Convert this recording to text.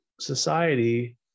society